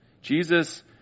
Jesus